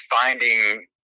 finding